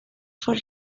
for